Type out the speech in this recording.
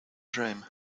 dream